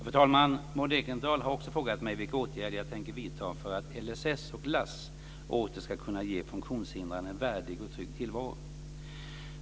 Fru talman! Maud Ekendahl har också frågat mig vilka åtgärder jag tänker vidta för att LSS och LASS åter ska kunna ge funktionshindrade en värdig och trygg tillvaro.